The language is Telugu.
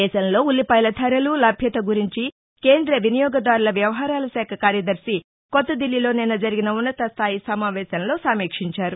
దేశంలో ఉల్లిపాయల ధరలు లభ్యత గురించి కేంద్ర వినియోగదారుల వ్యవహారాల శాఖ కార్యదర్శి కొత్త దిల్లీలో నిన్న జరిగిన ఉన్నతస్థాయి సమావేశంలో సమీక్షించారు